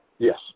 Yes